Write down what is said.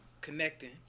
connecting